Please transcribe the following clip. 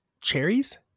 cherries